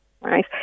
right